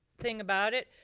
thing about it,